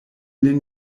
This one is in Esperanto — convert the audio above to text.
lin